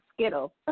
skittle